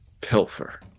pilfer